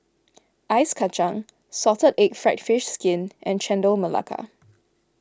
Ice Kacang Salted Egg Fried Fish Skin and Chendol Melaka